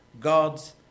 God's